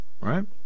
Right